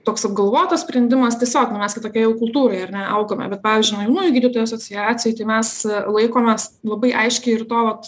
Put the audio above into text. toks apgalvotas sprendimas tiesiog mes kitokioj jau kultūroje ar ne augome bet pavyzdžiui na jaunųjų gydytojų asociacijoj tai mes laikomės labai aiškiai ir to vat